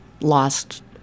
lost